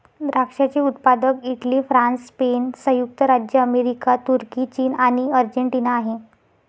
द्राक्षाचे उत्पादक Italy, France, Spain, संयुक्त राज्य अमेरिका, तुर्की, चीन आणि अर्जेंटिना आहे